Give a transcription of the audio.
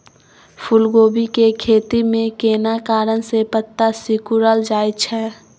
फूलकोबी के खेती में केना कारण से पत्ता सिकुरल जाईत छै?